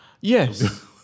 Yes